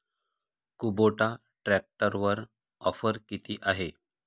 Kubota ट्रॅक्टरवर offer किती आहे?